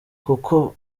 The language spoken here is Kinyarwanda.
kuko